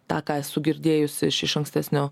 tą ką esu girdėjusi iš ankstesnio